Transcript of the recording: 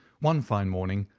one fine morning,